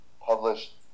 published